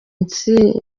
intsinzi